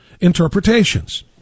interpretations